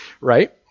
right